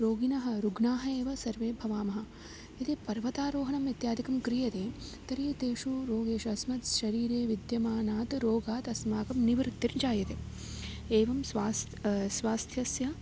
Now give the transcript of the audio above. रोगिणः रुग्णाः एव सर्वे भवामः यदि पर्वतारोहणम् इत्यादिकं क्रियते तर्हि तेभ्यः रोगेभ्यः अस्मद् शरीरे विद्यमानात् रोगात् अस्माकं निवृत्तिर्जायते एवं स्वास्थ्यं स्वास्थ्यस्य